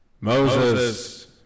Moses